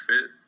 fit